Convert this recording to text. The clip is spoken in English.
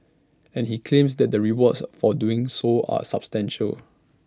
and he claims that the rewards for doing so are substantial